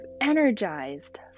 energized